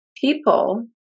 people